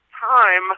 time